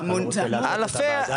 אני לא רוצה להטעות את הוועדה,